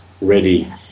ready